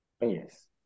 Yes